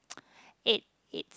eight